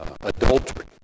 adultery